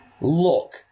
look